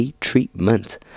treatment